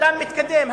אדם מתקדם,